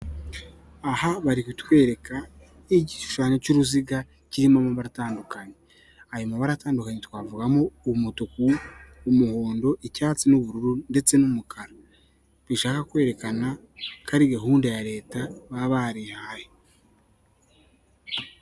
Aha bari kutwereka igishushanyo cy'uruziga kirimo amabara atandukanye, ayo mabara atandukanye twavugamo umutuku, umuhondo, icyatsi n'ubururu ndetse n'umukara, bishaka kwerekana ko ari gahunda ya leta baba barihaye.